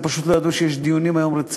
הם פשוט לא ידעו שיש היום דיונים רציניים.